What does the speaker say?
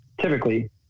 typically